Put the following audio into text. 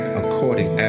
according